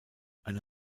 eine